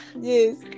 Yes